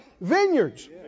vineyards